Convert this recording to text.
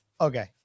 Okay